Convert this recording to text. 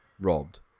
Robbed